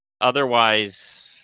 Otherwise